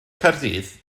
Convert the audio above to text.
caerdydd